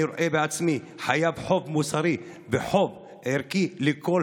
אני רואה בעצמי כחייב חוב מוסרי וחוב ערכי לכל